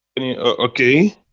okay